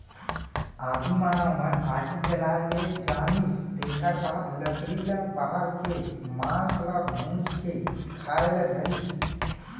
आदिम मानव मन आगी जलाए ले जानिस तेखर बाद लकड़ी ल बार के मांस ल भूंज के खाए ल धरिस